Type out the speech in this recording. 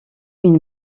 une